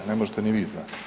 Ne možete ni vi znati.